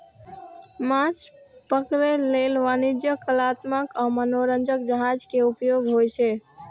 माछ पकड़ै लेल वाणिज्यिक, कलात्मक आ मनोरंजक जहाज के उपयोग होइ छै